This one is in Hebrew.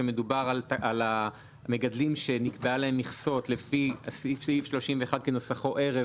שמדובר על המגדלים שנקבעו להם מכסות לפי סעיף 31 כנוסחו ערב